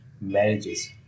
marriages